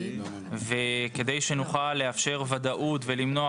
כדי שנוכל לאפשר ודאות ולמנוע,